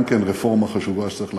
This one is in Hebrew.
גם כן רפורמה חשובה שצריך להמשיך.